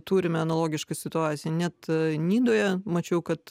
turime analogišką situaciją net nidoje mačiau kad